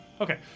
Okay